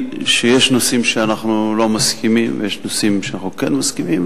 בהם ויש נושאים שאנחנו כן מסכימים,